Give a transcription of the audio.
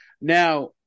Now